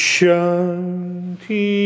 Shanti